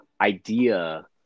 idea